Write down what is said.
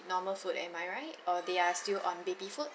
normal food am I right or they are still on baby food